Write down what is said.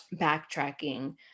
backtracking